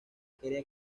quería